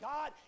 God